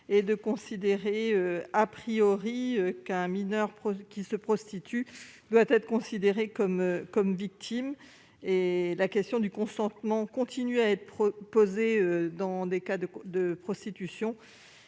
code civil pour établir,, qu'un mineur qui se prostitue doit être considéré comme victime. La question du consentement continue de se poser dans des cas de prostitution,